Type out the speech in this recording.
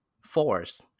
force